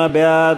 58 בעד,